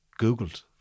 Googled